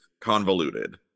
convoluted